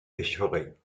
pêcherez